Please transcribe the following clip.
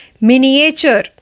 miniature